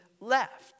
left